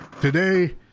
today